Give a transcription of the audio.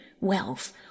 wealth